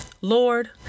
Lord